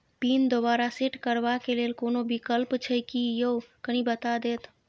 Pin दोबारा set करबा के लेल कोनो विकल्प छै की यो कनी बता देत?